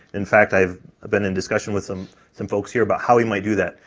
in fact, i've been in discussion with some some folks here about how we might do that,